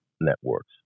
networks